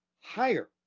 higher